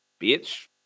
bitch